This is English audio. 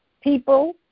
people